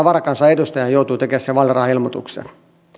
varakansanedustajana joutuu tekemään sen vaalirahailmoituksen